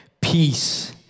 peace